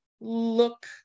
look